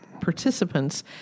participants